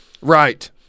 Right